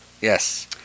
Yes